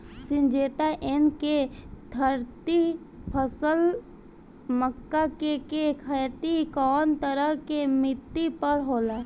Syngenta NK thirty plus मक्का के के खेती कवना तरह के मिट्टी पर होला?